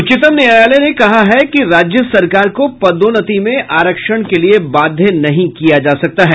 उच्चतम न्यायालय ने कहा है कि राज्य सरकार को पदोन्नति में आरक्षण के लिये बाध्य नहीं किया जा सकता है